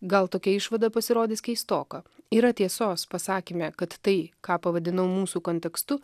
gal tokia išvada pasirodys keistoka yra tiesos pasakyme kad tai ką pavadinau mūsų kontekstu